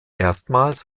erstmals